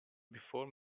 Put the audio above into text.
before